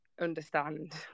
understand